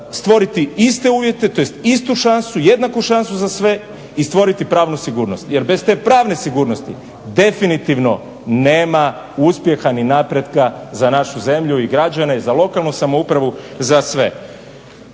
stvoriti iste uvjete tj. istu šansu, jednaku šansu za sve i stvoriti pravnu sigurnost. Jer bez te pravne sigurnosti definitivno nema uspjeha ni napretka za našu zemlju i građane i za lokalnu samoupravu, za sve.